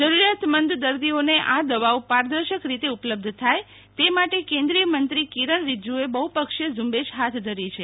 જરૂરિયાતમંદ દર્દીઓને આ દવાઓ પારદર્શક રીતે ઉપલબ્ધ થાય તે માટે કેન્દ્રીય મંત્રી કિરણ રીજીજુએ બહ્પક્ષીય ઝુંબેશ હાથ ધરી છે